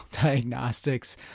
diagnostics